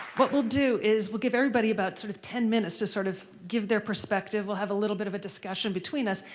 what we'll do is we'll give everybody about sort of ten minutes to sort of give their perspective. we'll have a little bit of a discussion between us.